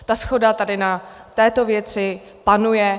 Ta shoda tady na této věci panuje.